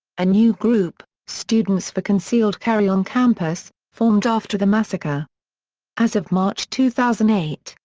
a new group, students for concealed carry on campus, formed after the massacre as of march two thousand eight,